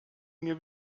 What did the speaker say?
nie